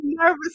Nervous